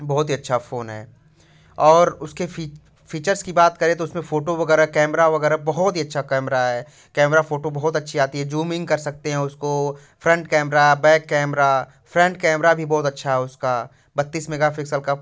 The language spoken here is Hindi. बहुत ही अच्छा फ़ोन है और उसके फ़ीचर्स की बात करें तो उसमें फ़ोटो वगैरह कैमरा वगैरह बहुत ही अच्छा कैमरा है कैमरा फ़ोटो बहुत अच्छी आती है जूमिंग कर सकते हैं उसको front camera back camera front camera भी बहुत अच्छा है उसका बत्तीस मेगापिक्सल का